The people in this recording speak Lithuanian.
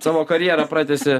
savo karjerą pratęsi